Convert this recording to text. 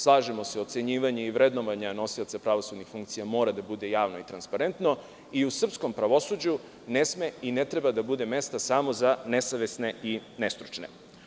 Slažemo se da ocenjivanjem i vrednovanje nosioca pravosudnih funkcija mora da bude javno i transparentno i u srpskom pravosuđu ne sme i ne treba da bude mesta za nesavesne i nestručne.